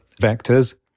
vectors